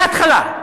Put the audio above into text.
מההתחלה.